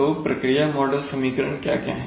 तो प्रक्रिया मॉडल समीकरण क्या क्या है